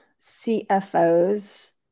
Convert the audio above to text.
CFOs